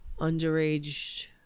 underage